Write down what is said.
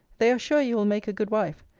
they are sure you will make a good wife.